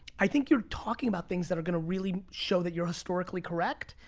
i think you're talking about things that are gonna really show that you're historically correct.